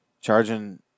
charging